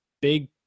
big